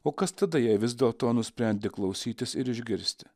o kas tada jei vis dėlto nusprendi klausytis ir išgirsti